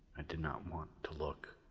i did not want to look,